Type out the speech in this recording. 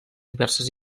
diverses